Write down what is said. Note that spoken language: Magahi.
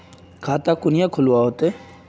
खाता कुनियाँ खोलवा होते?